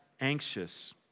anxious